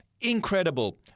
incredible